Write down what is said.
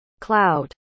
Cloud